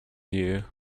you